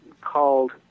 called